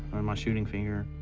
my shooting finger,